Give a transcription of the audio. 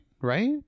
right